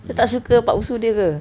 dia tak suka pak usu dia ke